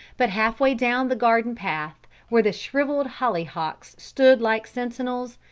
but half way down the garden path, where the shrivelled hollyhocks stood like sentinels,